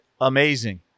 amazing